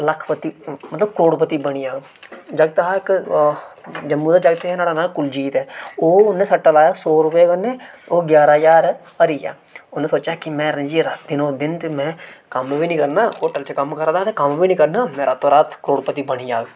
लक्खपति मतलब करोड़पति बनी जाङ जागत हा इक जम्मू दा जागत ऐ नोआड़ा नां कुलजीत ऐ ओह् उन्नै सट्टा लाया सौ रपेऽ कन्नै ते ओह् ग्यारा ज्हार हारी गेआ उन्नै सोचेआ कि मैं दिनो दिन ते मैं कम्म बी नेईं करना होटल च कम्म करा दा हा ते कम्म बी नी करना मैं रातो रात करोड़पति बनी जाङ